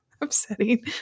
upsetting